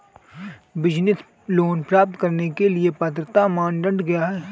Business loan प्राप्त करने के लिए पात्रता मानदंड क्या हैं?